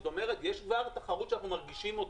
זאת אומרת, יש כבר תחרות שאנחנו מרגישים אותה.